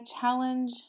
challenge